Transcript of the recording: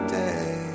day